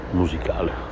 musicale